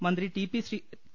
മന്ത്രി ടി